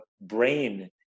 brain